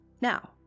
Now